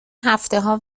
هفتهها